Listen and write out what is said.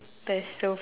that's so